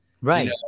right